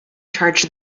charge